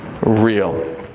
real